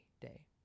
day